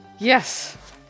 Yes